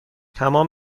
تمام